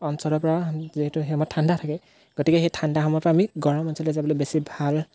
অঞ্চলৰপৰা যিহেতু সেই সময়ত ঠাণ্ডা থাকে গতিকে সেই ঠাণ্ডা সময়ৰপৰা আমি গৰম অঞ্চললৈ যাবলৈ বেছি ভাল